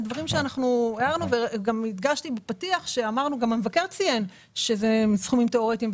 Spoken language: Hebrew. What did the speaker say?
הערנו וגם הדגשתי בפתיח - גם המבקר ציין שאלה סכומים תיאורטיים.